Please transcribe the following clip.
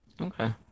Okay